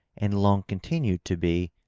and long continued to be,